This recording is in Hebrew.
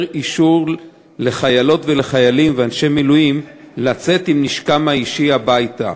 אישור לחיילות ולחיילים ואנשי מילואים לצאת עם נשקם האישי הביתה.